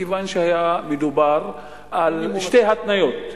מכיוון שהיה מדובר על שתי התניות: